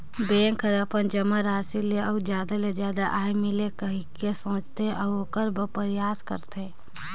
bank हर अपन जमा राशि ले अउ जादा ले जादा आय मिले कहिके सोचथे, अऊ ओखर बर परयास करथे